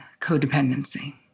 codependency